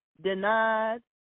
Denied